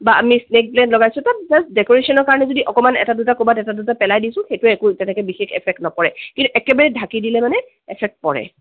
বা আমি snake plant লগাইছোঁ তাত বাচ ডেৰেশ্যনৰ কাৰণে যদি অকমান এটা দুটা ক'ৰবাত এটা দুটা যদি পেলাই দিছোঁ সেইটোৱে তেনেকে একো বিশেষ এফেক্ট নকৰে কিন্তু একেবাৰে ঢাকি দিলে মানে এফেক্ট পৰে